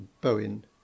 bowen